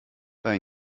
bei